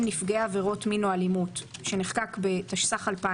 נפגעי עבירות מין או אלימות שנחקק בתשס"ח-2008.